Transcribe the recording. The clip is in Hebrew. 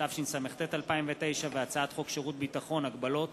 התשס"ט 2009, הצעת חוק שירות ביטחון (הגבלות